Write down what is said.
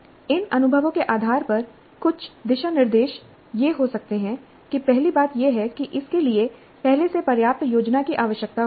इन अनुभवों के आधार पर कुछ दिशानिर्देश यह हो सकते हैं कि पहली बात यह है कि इसके लिए पहले से पर्याप्त योजना की आवश्यकता होती है